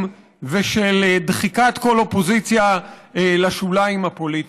ושל דחיקת כל אופוזיציה לשוליים הפוליטיים.